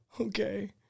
okay